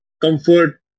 comfort